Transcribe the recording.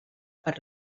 per